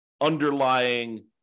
underlying